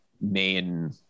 main